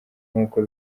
nkuko